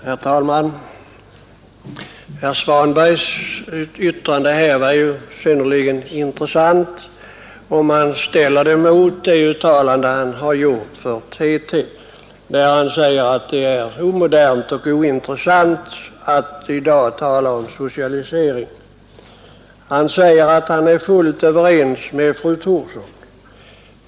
Herr talman! Herr Svanbergs yttrande var synnerligen intressant, om man ställer det mot det uttalande som han har gjort till TT att det är omodernt och ointressant att i dag tala om socialisering. Han säger nu att han är fullt överens med fru Thorsson.